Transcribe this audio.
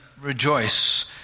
rejoice